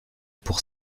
pour